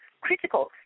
critical